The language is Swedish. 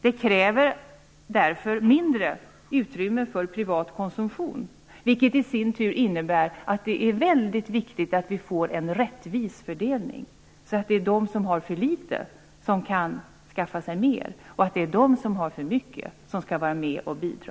Utrymmet för privat konsumtion blir därför mindre, vilket i sin tur innebär att det är viktigt att det blir en rättvis fördelning så att de som har för litet får mera och så att de som har för mycket skall vara med och bidra.